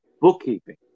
bookkeeping